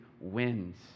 wins